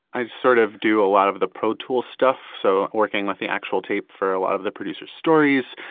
i sort of do a lot of the protool stuff. so working with the actual tape for a lot of the producers' stories.